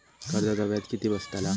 कर्जाचा व्याज किती बसतला?